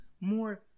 more